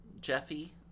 jeffy